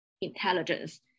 intelligence